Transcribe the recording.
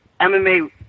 MMA